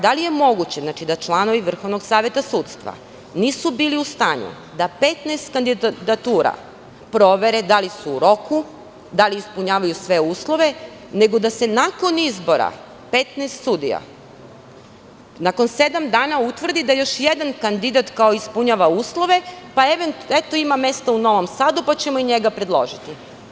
Da li je moguće da članovi Vrhovnog saveta sudstva nisu bili u stanju da 15 kandidatura provere da li su u roku, da li ispunjavaju sve uslove, nego da se nakon izbora 15 sudija, nakon sedam utvrdi da još jedan kandidat kao ispunjava uslove, pa eto ima mesta u Novom Sadu, pa ćemo i njega predložiti?